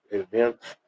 eventos